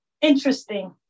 interesting